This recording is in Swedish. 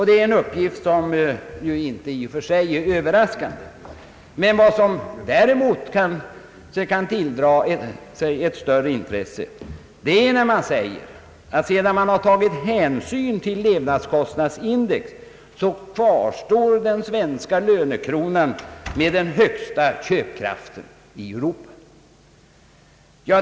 Det är en uppgift som i och för sig inte är Ööverraskande, men vad som däremot kan tilldra sig ett större intresse är när man säger att sedan man tagit hänsyn till levnadskostnadsindex «kvarstår den svenska lönekronan med den högsta köpkraften i Europa.